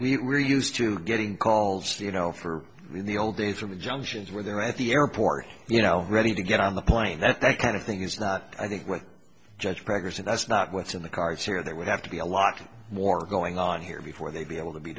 we're used to getting calls you know for the old days from the junctions where they're at the airport you know ready to get on the plane that kind of thing is not i think what judge preggers and that's not what's in the cards here that would have to be a lot more going on here before they'd be able to be